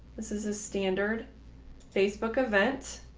this is a standard facebook event